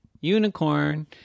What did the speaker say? Unicorn